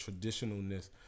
traditionalness